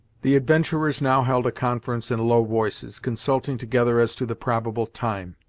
the adventurers now held a conference in low voices, consulting together as to the probable time.